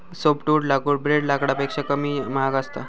softwood लाकूड ब्रेड लाकडापेक्षा कमी महाग असता